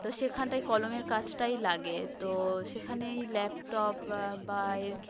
তা সেখানটায় কলমের কাজটাই লাগে তো সেখানে এই ল্যাপটপ বা এই